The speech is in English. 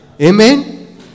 Amen